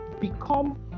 become